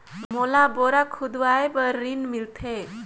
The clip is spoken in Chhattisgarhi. मोला बोरा खोदवाय बार ऋण मिलथे?